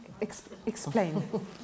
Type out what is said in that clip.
Explain